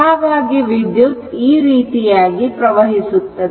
ಹಾಗಾಗಿ ವಿದ್ಯುತ್ ಈ ರೀತಿ ಪ್ರವಹಿಸುತ್ತದೆ